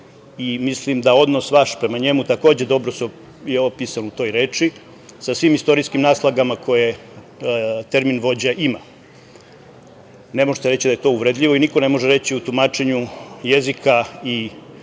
i milim da odnos vaš prema njemu, takođe, je dobro opisan u toj reči sa svim istorijskim naslagama koje termin vođa ima. Ne možete reći da je to uvredljivo i niko ne može reći u tumačenju jezika i